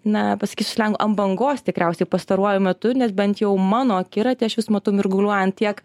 na pasakysiu slengu ant bangos tikriausiai pastaruoju metu nes bent jau mano akiraty aš vis matau mirguliuojant tiek